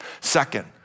Second